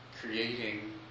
creating